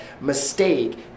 mistake